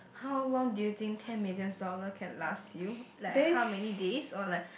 how long do you think ten million dollar can last you like how many days or like